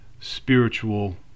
spiritual